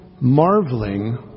marveling